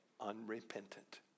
unrepentant